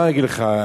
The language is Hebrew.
מה להגיד לך,